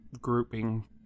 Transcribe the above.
grouping